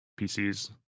PCs